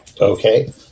Okay